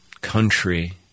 country